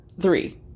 three